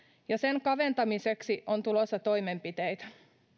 ja sen kaventamiseksi on tulossa toimenpiteitä